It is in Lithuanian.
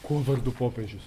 kuo vardu popiežius